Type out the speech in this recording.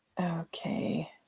okay